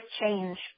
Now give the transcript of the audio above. change